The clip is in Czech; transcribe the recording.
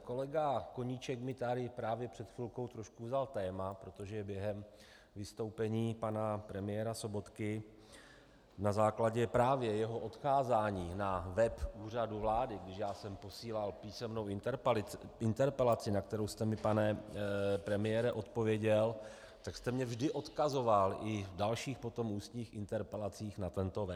Kolega Koníček mi tady právě před chvilkou trošku vzal téma, protože během vystoupení pana premiéra Sobotky na základě právě jeho odkázání na web Úřadu vlády, když jsem posílal písemnou interpelaci, na kterou jste mi, pane premiére, odpověděl, tak jste mě vždy odkazoval i v dalších potom ústních interpelacích na tento web.